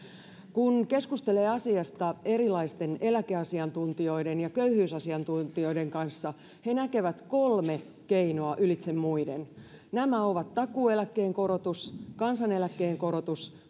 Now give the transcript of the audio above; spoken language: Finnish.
kun keskustelee asiasta erilaisten eläkeasiantuntijoiden ja köyhyysasiantuntijoiden kanssa he näkevät kolme keinoa ylitse muiden nämä ovat takuueläkkeen korotus kansaneläkkeen korotus